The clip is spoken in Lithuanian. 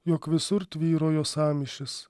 jog visur tvyrojo sąmyšis